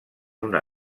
una